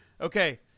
Okay